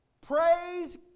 Praise